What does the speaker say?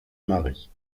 marie